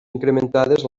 incrementades